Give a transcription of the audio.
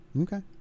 okay